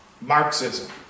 Marxism